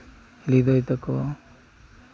ᱦᱤᱞᱤᱫᱟᱹᱭ ᱛᱟᱠᱚ